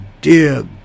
dear